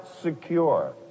secure